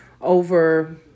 over